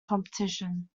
competition